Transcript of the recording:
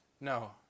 No